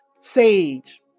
Sage